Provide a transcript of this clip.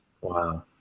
Wow